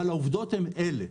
אבל העובדות הן אלה,